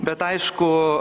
bet aišku